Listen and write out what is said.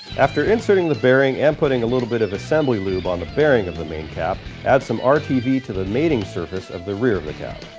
after inserting the bearing and putting a litltle bit of assembly lube on the bearing in the main cap, add some ah rtv to the mating surface of the rear of the cap